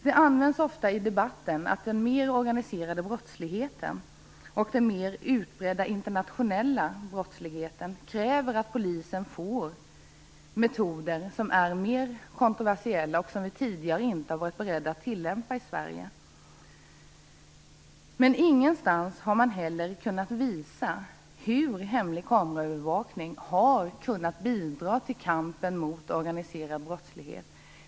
Det används ofta i debatten att den mer organiserade brottsligheten och den mer utbredda internationella brottsligheten kräver att polisen får metoder som är mer kontroversiella och som vi tidigare inte har varit beredda att tillämpa i Sverige. Men ingenstans har man kunnat visa hur hemlig kameraövervakning har kunnat bidra till kampen mot organiserad brottslighet.